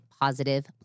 positive